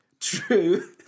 True